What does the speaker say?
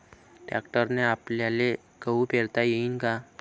ट्रॅक्टरने आपल्याले गहू पेरता येईन का?